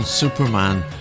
Superman